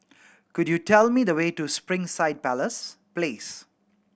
could you tell me the way to Springside Palace Place